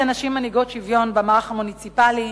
"נשים מנהיגות שוויון במערך המוניציפלי".